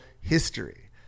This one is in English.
history